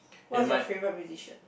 what is your favourite musician